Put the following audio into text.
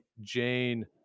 Jane